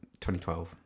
2012